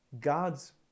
God's